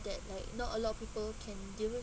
that like not a lot of people can deal with